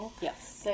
Yes